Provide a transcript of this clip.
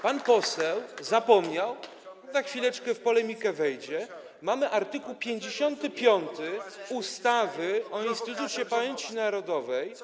Pan poseł zapomniał, za chwileczkę w polemikę wejdzie, mamy art. 55 ustawy o Instytucie Pamięci Narodowej.